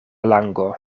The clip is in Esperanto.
lango